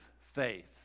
faith